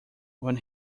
when